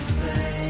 say